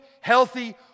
healthy